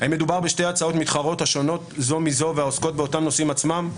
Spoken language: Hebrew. האם מדובר בשתי הצעות מתחרות השונות זו מזו והעוסקות באותם נושאים עצמם?